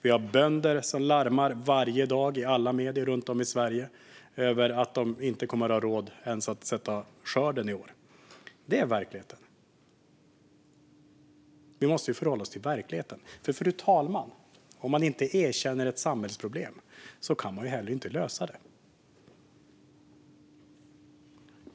Vi har bönder som larmar varje dag i alla medier runt om i Sverige om att de inte ens kommer att ha råd att sätta skörden i år. Det är verkligheten. Vi måste ju förhålla oss till verkligheten. Om man inte erkänner ett samhällsproblem, fru talman, kan man inte heller lösa det.